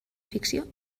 ficció